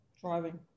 Driving